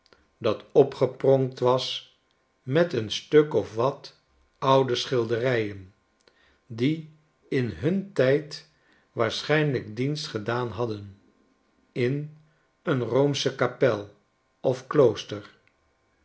dat opgepronkt was met een stuk of wat oude schilderijen die in hun tijd waarschijnlijk dienst gedaan hadden in een roomsche kapel of klooster